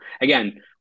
again